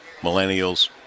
millennials